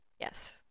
Yes